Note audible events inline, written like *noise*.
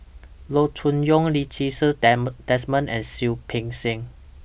Loo Choon Yong Lee Ti Seng *unintelligible* Desmond and Seah Peck Seah